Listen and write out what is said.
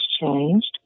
changed